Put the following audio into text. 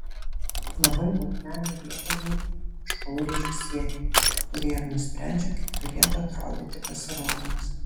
labai daug lemia vietiniai šou režisieriai kurie ir nusprendžia kaip turėtų atrodyti pasirodymas